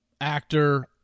actor